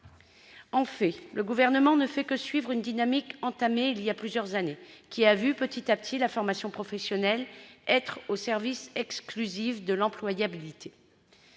En fait, le Gouvernement ne fait que suivre une dynamique, enclenchée voilà plusieurs années, et qui a vu, petit à petit, la formation professionnelle être réduite au service exclusif de l'employabilité.